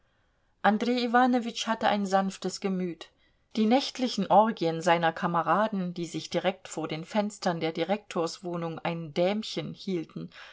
iwanowitsch hatte ein sanftes gemüt die nächtlichen orgien seiner kameraden die sich direkt vor den fenstern der direktorswohnung ein dämchen hielten